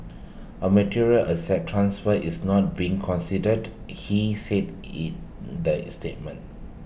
A material asset transfer is not being considered he said in the is statement